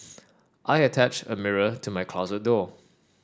I attached a mirror to my closet door